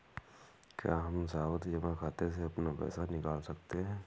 क्या हम सावधि जमा खाते से अपना पैसा निकाल सकते हैं?